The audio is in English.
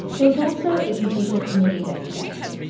there was also a judicial committee investigation,